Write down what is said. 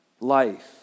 life